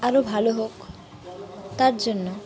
আরও ভালো হোক তার জন্য